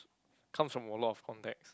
comes from a lot of context